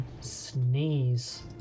sneeze